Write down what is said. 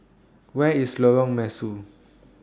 Where IS Lorong Mesu